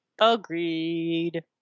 Agreed